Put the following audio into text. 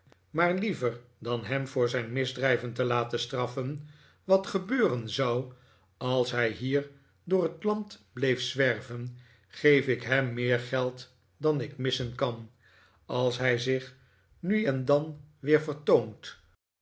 maar liever dan hem voor zijn misdrijven te laten straffen wat gebeuren zou als hij hier door het land bleef zwerven geef ik hem meer geld dan ik missen kan als hij zich nu en dan weer vertoont